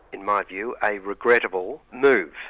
in my view, a regrettable move.